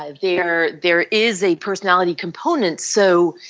ah there there is a personality component. so